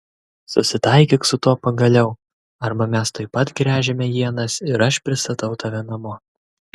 susitaikyk su tuo pagaliau arba mes tuoj pat gręžiame ienas ir aš pristatau tave namo